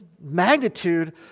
magnitude